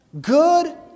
good